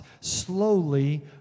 slowly